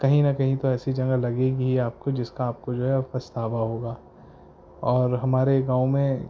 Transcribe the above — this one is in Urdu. کہیں نہ کہیں تو ایسی جگہ لگے گی آپ کو جس کا آپ کو جو ہے پچھتاوا ہوگا اور ہمارے گاؤں میں